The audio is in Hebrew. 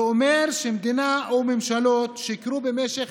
זה אומר שמדינה או ממשלות שיקרו במשך